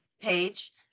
page